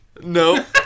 No